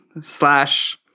slash